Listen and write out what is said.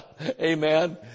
Amen